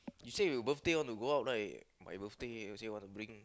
you say your birthday want to go out right my birthday say want to bring